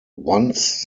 once